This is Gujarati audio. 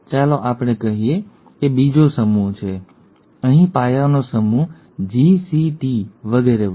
ચાલો આપણે કહીએ કે બીજો સમૂહ છે અહીં પાયાનો સમૂહ G C T વગેરે વગેરે